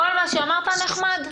שאמרת נחמד.